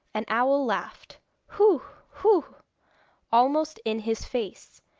an owl laughed hoo! hoo almost in his face,